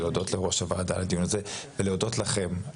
להודות ליושבת ראש הוועדה על קיומו ולהודות לכם,